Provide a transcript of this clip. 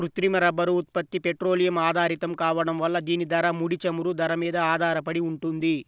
కృత్రిమ రబ్బరు ఉత్పత్తి పెట్రోలియం ఆధారితం కావడం వల్ల దీని ధర, ముడి చమురు ధర మీద ఆధారపడి ఉంటుంది